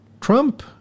Trump